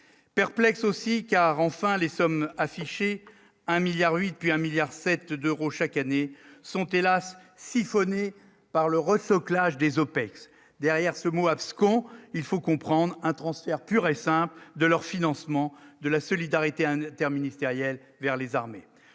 perplexe aussi car enfin les sommes affichées 1 milliard 8 puis 1 milliard cette de chaque année sont hélas siphonné par le refus au clash des OPEX, derrière ce mot abscons, il faut comprendre un transfert pur et simple de leur financement, de la solidarité inter-ministériel vers les armées,